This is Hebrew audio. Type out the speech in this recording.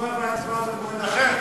מה אתה מבקש, תשובה והצבעה במועד אחר?